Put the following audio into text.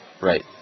Right